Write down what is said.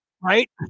right